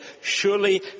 Surely